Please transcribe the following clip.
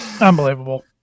Unbelievable